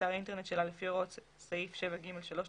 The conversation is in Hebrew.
באתר האינטרנט שלה לפי הוראות סעיף 7ג3 לחוק,